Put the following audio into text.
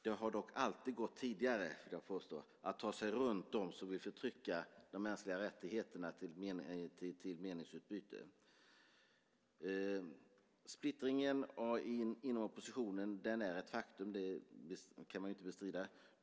Det har dock alltid tidigare, vill jag påstå, gått att ta sig runt dem som vill förtrycka de mänskliga rättigheterna och komma till ett meningsutbyte. Splittringen inom oppositionen är ett faktum som inte kan bestridas.